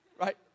Right